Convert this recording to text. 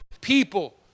people